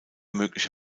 mögliche